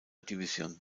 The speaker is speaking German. división